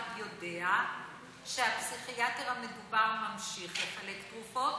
יודע שהפסיכיאטר המדובר ממשיך לחלק תרופות